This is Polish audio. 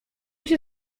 się